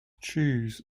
choose